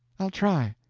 i'll try.